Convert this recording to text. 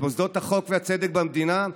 את מוסדות החוק והצדק של המדינה,